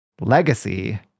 Legacy